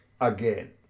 again